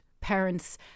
parents